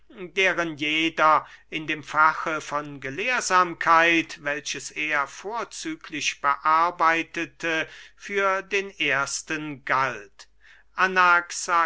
deren jeder in dem fache von gelehrsamkeit welches er vorzüglich bearbeitete für den ersten galt